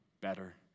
better